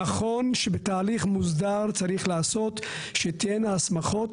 נכון שבתהליך מוסדר צריך לעשות שתהיינה הסמכות